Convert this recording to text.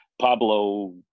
Pablo